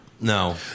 no